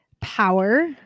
power